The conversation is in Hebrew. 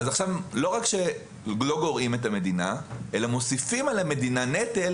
עכשיו לא רק שלא גורעים את המדינה אלא מוסיפים על המדינה נטל